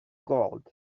gold